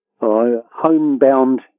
homebound